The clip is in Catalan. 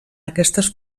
aquestes